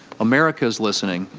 america is listening